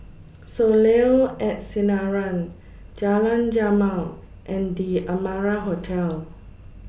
Soleil At Sinaran Jalan Jamal and The Amara Hotel